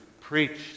preach